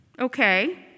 Okay